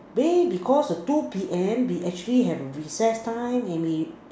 they because the two P_M we actually have a recess time and we